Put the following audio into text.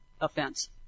offense